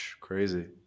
crazy